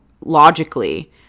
logically